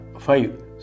five